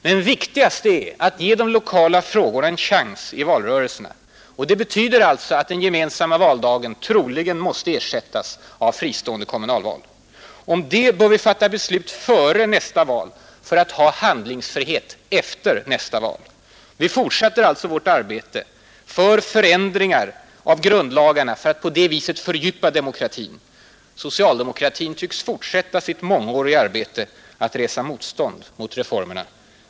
Men lika viktigt är att ge de kommunala frågorna en chans i valrörelserna, Det betyder att den gemensamma valdagen troligen måste ersättas av ett fristående kommunalval. Därom bör vi fatta beslut före nästa val för att ha handlingsfrihet efter det valet. Vi fortsätter alltså vårt arbete på att förändra grundlagarna för att på det sättet fördjupa demokratin. Socialdemokratin tycks fortsätta sitt mångåriga arbete att resa motstånd mot reformerna.